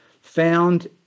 found